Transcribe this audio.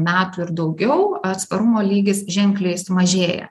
metų ir daugiau atsparumo lygis ženkliai sumažėja